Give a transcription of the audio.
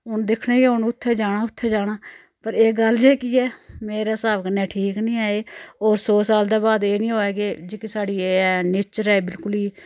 हून दिक्खने हून उत्थें जाना उत्थें जाना पर एह् गल्ल जेह्की ऐ मेरे स्हाब कन्नै ठीक नेईं ऐ एह् होर सौ साल दे बाद एह् नी होऐ कि जेह्का साढ़ी ऐ नेचर ऐ बिलकुल ई